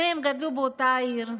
שניהם גדלו באותה העיר,